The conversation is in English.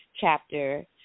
chapter